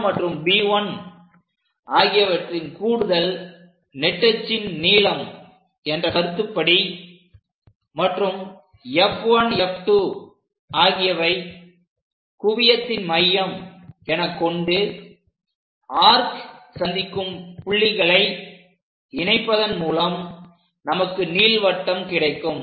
A1 மற்றும் B1 ஆகியவற்றின் கூடுதல் நெட்டச்சின் நீளம் என்ற கருத்துப்படி மற்றும் F1F2 ஆகியவை குவியத்தின் மையம் என கொண்டு ஆர்க் சந்திக்கும் புள்ளிகளை இணைப்பதன் மூலம் நமக்கு நீள்வட்டம் கிடைக்கும்